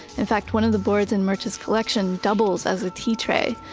in fact, one of the boards in murch's collection doubles as a tea tray.